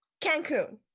Cancun